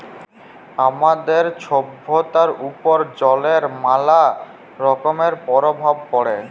আমাদের ছভ্যতার উপর জলের ম্যালা রকমের পরভাব পড়ে